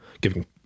giving